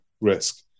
risk